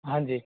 हाँ जी